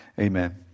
amen